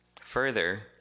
Further